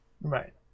right